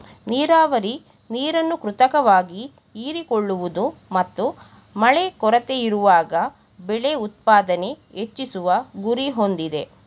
ನೀರಾವರಿ ನೀರನ್ನು ಕೃತಕವಾಗಿ ಹೀರಿಕೊಳ್ಳುವುದು ಮತ್ತು ಮಳೆ ಕೊರತೆಯಿರುವಾಗ ಬೆಳೆ ಉತ್ಪಾದನೆ ಹೆಚ್ಚಿಸುವ ಗುರಿ ಹೊಂದಿದೆ